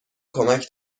کمک